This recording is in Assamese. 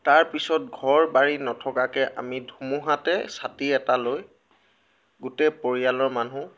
তাৰপিছত ঘৰ বাৰী নথকাকৈ আমি ধুমুহাতে ছাতি এটা লৈ গোটেই পৰিয়ালৰ মানুহ